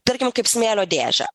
tarkim kaip smėlio dėžę